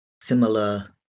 similar